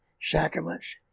sacraments